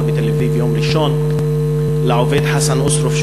בתל-אביב ביום ראשון לעובד חסן אוסרוף,